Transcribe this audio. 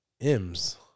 M's